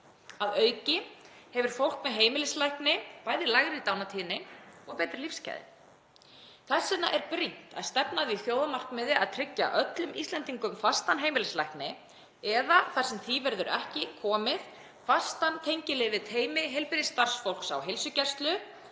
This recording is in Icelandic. Að auki hefur fólk með heimilislækni bæði lægri dánartíðni og betri lífsgæði. Þess vegna er brýnt að stefna að því þjóðarmarkmiði að tryggja öllum Íslendingum fastan heimilislækni eða, þar sem því verður ekki við komið, fastan tengilið við teymi heilbrigðisstarfsfólks á heilsugæslu,